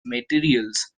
materials